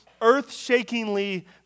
earth-shakingly